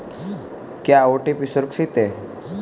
क्या ओ.टी.पी सुरक्षित है?